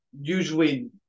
usually